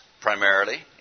primarily